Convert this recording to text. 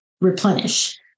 replenish